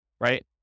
right